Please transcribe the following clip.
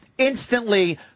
Instantly